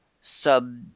sub